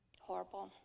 horrible